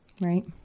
Right